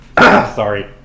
sorry